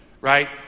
right